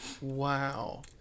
Wow